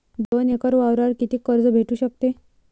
दोन एकर वावरावर कितीक कर्ज भेटू शकते?